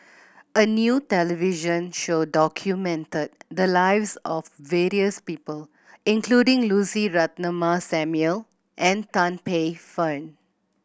a new television show documented the lives of various people including Lucy Ratnammah Samuel and Tan Paey Fern